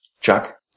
Chuck